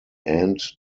end